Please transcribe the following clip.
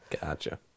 Gotcha